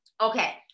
Okay